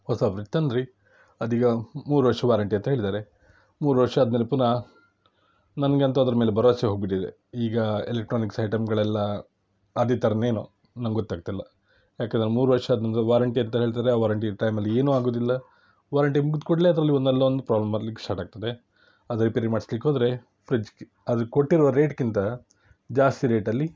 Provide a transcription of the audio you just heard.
ಹೊಸ ಫ್ರಿಜ್ ತಂದ್ವಿ ಅದೀಗ ಮೂರು ವರ್ಷ ವಾರಂಟಿ ಅಂತ ಹೇಳಿದ್ದಾರೆ ಮೂರು ವರ್ಷ ಆದಮೇಲೆ ಪುನಃ ನನಗಂತೂ ಅದರ ಮೇಲೆ ಭರವಸೆ ಹೋಗಿಬಿಟ್ಟಿದೆ ಈಗ ಎಲೆಕ್ಟ್ರಾನಿಕ್ಸ್ ಐಟಂಗಳೆಲ್ಲ ಅದೇ ಥರನೇನೋ ನಂಗೊತ್ತಾಗ್ತಿಲ್ಲ ಯಾಕಂದರೆ ಮೂರು ವರ್ಷ ಆದ ನಂತರ ವಾರಂಟಿ ಅಂತ ಹೇಳ್ತಾರೆ ಆ ವಾರಂಟಿ ಟೈಮಲ್ಲಿ ಏನು ಆಗೋದಿಲ್ಲ ವಾರಂಟಿ ಮುಗ್ದ ಕೂಡಲೇ ಅದರಲ್ಲಿ ಒಂದಲ್ಲ ಒಂದು ಪ್ರಾಬ್ಲಮ್ ಬರ್ಲಿಕ್ಕೆ ಸ್ಟಾರ್ಟ್ ಆಗ್ತದೆ ಅದು ರಿಪೇರಿ ಮಾಡ್ಸ್ಲಿಕ್ಕೆ ಹೋದರೆ ಫ್ರಿಜ್ ಕಿ ಅದರ ಕೊಟ್ಟಿರುವ ರೇಟ್ಗಿಂತ ಜಾಸ್ತಿ ರೇಟಲ್ಲಿ